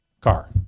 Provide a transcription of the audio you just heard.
car